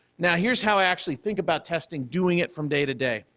now, here's how i actually think about testing doing it from day to day.